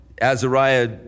Azariah